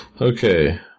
Okay